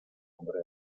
hombre